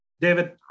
David